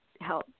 help